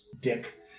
Dick